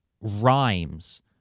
rhymes